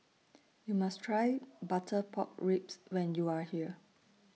YOU must Try Butter Pork Ribs when YOU Are here